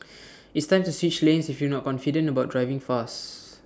it's time to switch lanes if you're not confident about driving fast